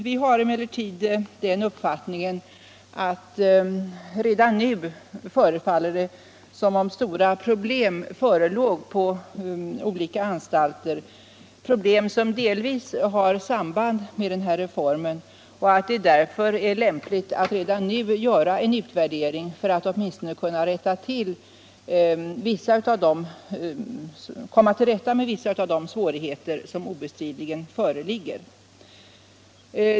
Vi har emellertid den uppfattningen att det redan nu förefaller som om stora problem förelåg på olika anstalter, problem som delvis har samband med reformen, och att det därför är lämpligt att redan nu göra en utvärdering för att åtminstone komma till rätta med vissa av de svårigheter som obestridligen föreligger.